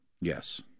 Yes